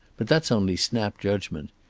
but that's only snap judgment.